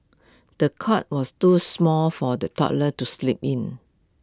the cot was too small for the toddler to sleep in